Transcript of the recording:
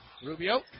Rubio